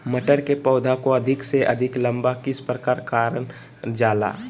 मटर के पौधा को अधिक से अधिक लंबा किस प्रकार कारण जाला?